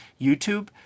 youtube